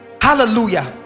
Hallelujah